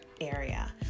area